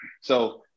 So-